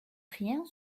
rien